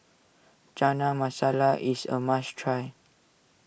Chana Masala is a must try